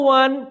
one